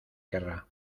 querrá